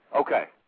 Okay